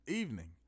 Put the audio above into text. evening